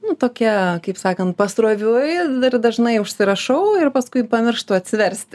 nu tokia kaip sakant pastoviuoju dar dažnai užsirašau ir paskui pamirštu atsiversti